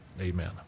Amen